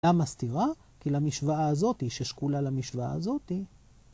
למה סתירה? כי למשוואה הזאתי ששקולה למשוואה הזאתי